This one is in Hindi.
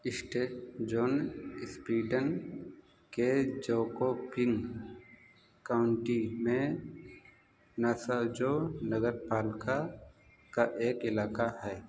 स्टेजोन स्पीडन के जोकोपिंग काउंटी में नासाजो नगरपालिका का एक इलाक़ा है